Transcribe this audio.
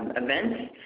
events,